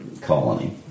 colony